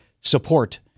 support